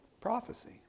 prophecy